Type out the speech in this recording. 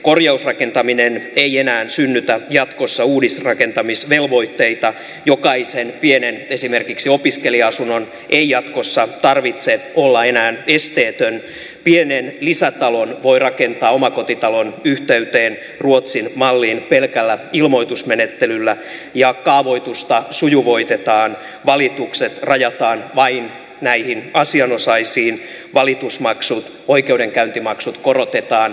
korjausrakentaminen ei enää synnytä jatkossa uudisrakentamisvelvoitteita jokaisen pienen esimerkiksi opiskelija asunnon ei jatkossa tarvitse olla esteetön pienen lisätalon voi rakentaa omakotitalon yhteyteen ruotsin malliin pelkällä ilmoitusmenettelyllä kaavoitusta sujuvoitetaan valitukset rajataan vain asianosaisiin valitusmaksut oikeudenkäyntimaksut korotetaan